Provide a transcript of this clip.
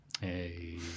Hey